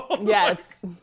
Yes